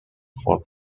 for